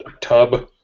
tub